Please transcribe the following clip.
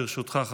ברשותך,